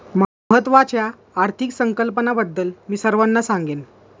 महत्त्वाच्या आर्थिक संकल्पनांबद्दल मी सर्वांना सांगेन